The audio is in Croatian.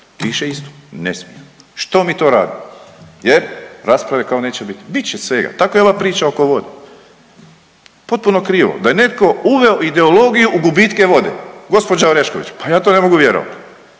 piše isto ne smiju, što mi to radimo jer rasprave kao neće bit, bit će svega. Tako i ova priča oko vode, potpuno krivo da je netko uveo ideologiju u gubitke vode gospođa Orešković pa ja to ne mogu vjerovat.